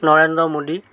Narendra Modi